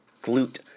glute